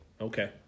Okay